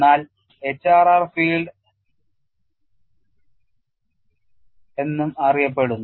എന്നാൽ HRR field എന്നറിയപ്പെടുന്നു